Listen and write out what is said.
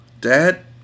Dad